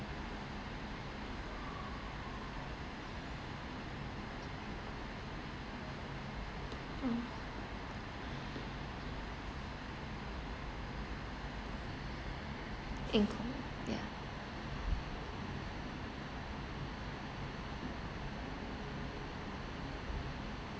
mm in call ya